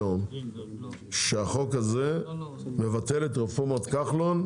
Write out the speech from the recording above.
כתבה לי היום שהחוק הזה מבטל את רפורמת כחלון,